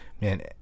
man